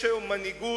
יש היום מנהיגות,